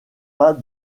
pas